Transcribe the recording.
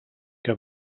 que